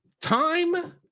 time